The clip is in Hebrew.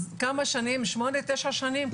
שמונה תשע שנים,